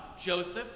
Joseph